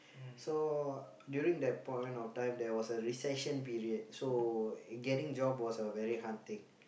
so during that point of time there was a recession period so getting job was a very hard thing